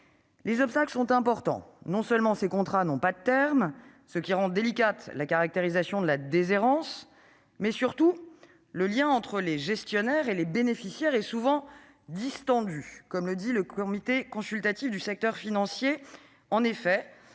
Les obstacles sont importants : non seulement ces contrats n'ont pas de terme, ce qui rend délicate la caractérisation de la déshérence, mais surtout le lien entre les gestionnaires et les bénéficiaires est souvent « distendu », pour reprendre l'expression du Comité consultatif du secteur financier (CCSF). En effet,